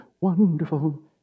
Wonderful